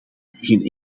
geen